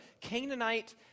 Canaanite